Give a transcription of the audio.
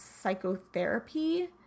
psychotherapy